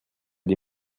die